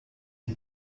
die